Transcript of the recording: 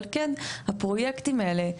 אבל כן, הפרויקטים האלה,